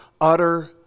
utter